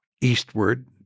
eastward